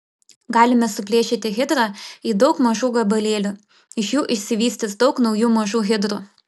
galime suplėšyti hidrą į daug mažų gabalėlių iš jų išsivystys daug naujų mažų hidrų